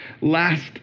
last